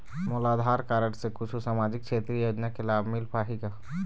मोला आधार कारड से कुछू सामाजिक क्षेत्रीय योजना के लाभ मिल पाही का?